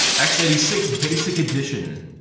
x eight six basic edition.